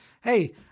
hey